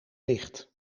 licht